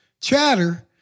chatter